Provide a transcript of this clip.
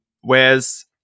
Whereas